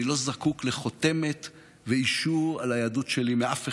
אני לא זקוק לחותמת ואישור על היהדות שלי מאף אחד.